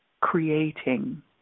creating